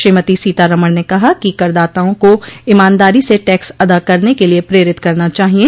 श्रीमती सीतारमण ने कहा कि करदाताओं को ईमानदारी से टैक्स अदा करने के लिये प्रेरित करना चाहिये